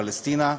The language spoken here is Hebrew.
פלשתינה.